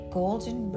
golden